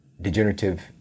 degenerative